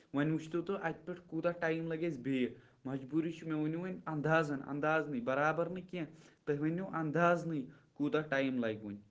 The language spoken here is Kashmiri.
وۄنۍ وٕچھۍ تو تُہۍ اَتہِ پٮ۪ٹھ کوٗتاہ ٹایم لگہِ اَسہِ بیٚیہِ مجبوٗری چھےٚ وۄنۍ مےٚ ؤنو وۄنۍ اندازن اَندازنٕے برابر نہٕ کینٛہہ تُہۍ ؤنِو اندازنٕے کوٗتاہ ٹایم لگہِ ؤنہِ